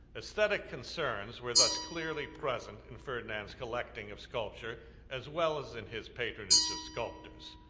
aesthetic concerns were thus clearly present in ferdinand's collecting of sculpture as well as in his patronage of sculptors.